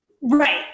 Right